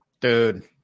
Dude